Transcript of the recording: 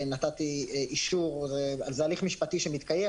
נתתי אישור זה הליך משפטי שמתקיים,